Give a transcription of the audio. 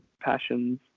passions